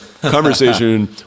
conversation